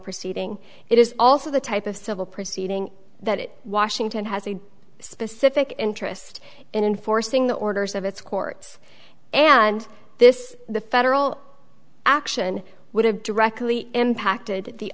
proceeding it is also the type of civil proceeding that it washington has a specific interest in enforcing the orders of its courts and this the federal action would have directly impacted the